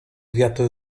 wiatr